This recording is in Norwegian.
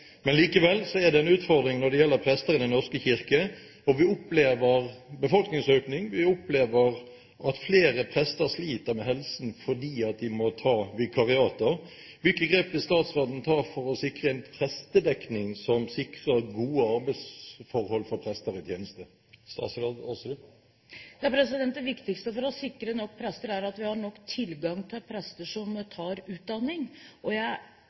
Likevel er det en utfordring når det gjelder prester i Den norske kirke. Vi opplever en befolkningsøkning, og vi opplever at flere prester sliter med helsen, fordi de må ta vikariater. Hvilke grep vil statsråden ta for å sikre en prestedekning som gir gode arbeidsforhold for prester i tjeneste? Det viktigste for å sikre nok prester er at vi har nok tilgang til prester som tar utdanning. Jeg synes det er bekymringsfullt at vi har for dårlig rekruttering til presteyrket, og